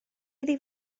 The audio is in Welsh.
iddi